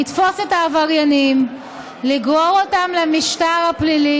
לתפוס את העבריינים, לגרור אותם למשפט הפלילי